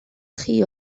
chi